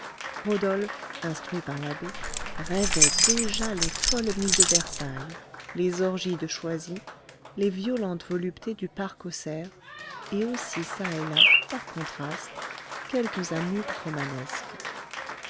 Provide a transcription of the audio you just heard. rodolphe instruit par l'abbé rêvait déjà les folles nuits de versailles les orgies de choisy les violentes voluptés du parc aux cerfs et aussi çà et là par contraste quelques amours romanesques